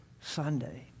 Sunday